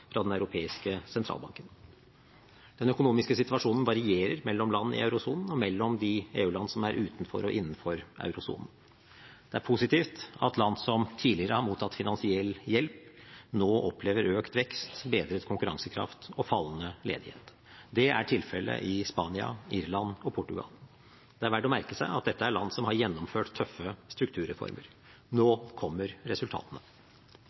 fra den europeiske sentralbanken. Den økonomiske situasjonen varierer mellom land i eurosonen, og mellom de EU-land som er utenfor og innenfor eurosonen. Det er positivt at land som tidligere har mottatt finansiell hjelp, nå opplever økt vekst, bedret konkurransekraft og fallende ledighet. Det er tilfellet i Spania, Irland og Portugal. Det er verdt å merke seg at dette er land som har gjennomført tøffe strukturreformer. Nå kommer resultatene.